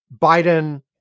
Biden